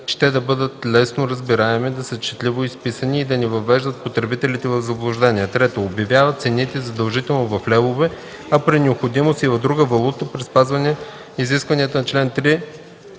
те да бъдат лесно разбираеми, да са четливо изписани и да не въвеждат потребителите в заблуждение; 3. обявяват цените задължително в левове, а при необходимост и в друга валута, при спазване изискванията на чл. 3,